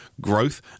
growth